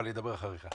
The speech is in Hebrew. אבל אני אדבר אחריך.